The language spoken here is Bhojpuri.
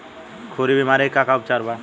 खुर बीमारी के का उपचार बा?